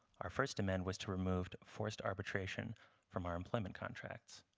our first demand was to remove forced arbitration from our employment contracts.